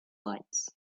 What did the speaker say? lights